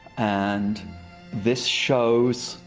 and this shows,